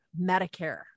Medicare